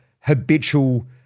habitual